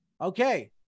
Okay